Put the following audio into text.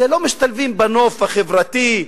הם לא משתלבים בנוף החברתי,